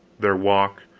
their walk,